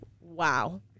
wow